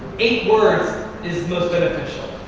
eight words is most beneficial.